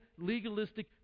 legalistic